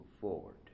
forward